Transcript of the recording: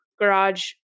garage